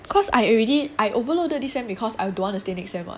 cause I already I overloaded this semester because I don't want to stay next semester what